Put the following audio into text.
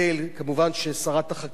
כמובן ששרת החקלאות,